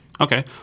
Okay